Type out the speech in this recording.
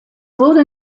wurde